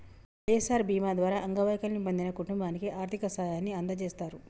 వై.ఎస్.ఆర్ బీమా ద్వారా అంగవైకల్యం పొందిన కుటుంబానికి ఆర్థిక సాయాన్ని అందజేస్తారు